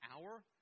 hour